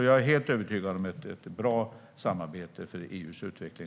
Jag är helt övertygad om att vi får ett bra samarbete med Frankrike för EU:s utveckling.